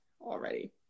already